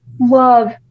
love